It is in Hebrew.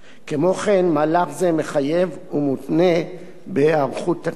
כמו כן, מהלך זה מחייב ומותנה בהיערכות תקציבית.